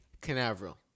Canaveral